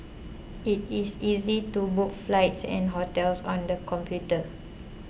it is easy to book flights and hotels on the computer